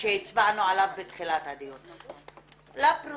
שהצבענו עליו בתחילת הדיון לפרוטוקול.